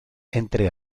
entre